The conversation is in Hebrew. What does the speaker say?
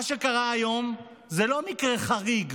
מה שקרה היום זה לא מקרה חריג.